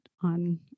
on